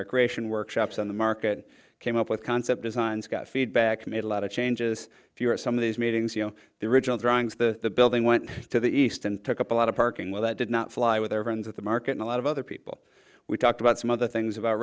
recreation workshops on the market came up with concept designs got feedback made a lot of changes if you're at some of these meetings you know the original drawings the building went to the east and took up a lot of parking well that did not fly with their friends at the market in a lot of other people we talked about some of the things about